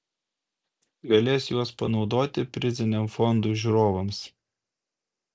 galės juos panaudoti priziniam fondui žiūrovams